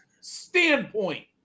standpoint